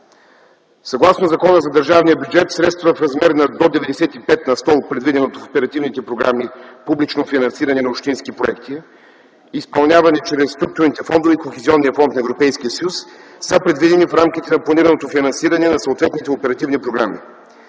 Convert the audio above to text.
Съгласно Закона за държавния бюджет средства в размер до 95 на сто от предвиденото в оперативните програми публично финансиране на общински проекти, изпълнявани чрез структурните фондове и Кохезионния фонд на Европейския съюз, са предвидени в рамките на планираното финансиране на съответните оперативни програми.